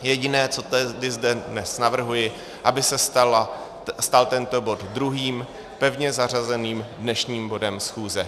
Jediné, co zde dnes navrhuji, aby se stal tento bod druhým pevně zařazeným dnešním bodem schůze.